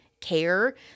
care